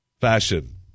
Fashion